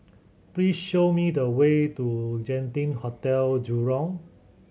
please show me the way to Genting Hotel Jurong